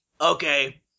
Okay